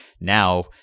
now